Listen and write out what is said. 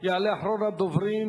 יעלה אחרון הדוברים,